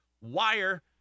wire